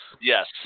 Yes